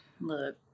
look